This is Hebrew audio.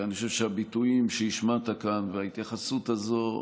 אני חושב שהביטויים שהשמעת כאן וההתייחסות הזו,